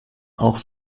auch